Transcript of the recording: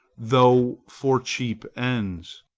though for cheap ends.